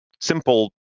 simple